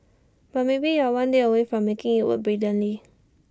but maybe you're one day away from making IT work brilliantly